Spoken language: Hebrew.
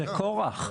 זה כורח.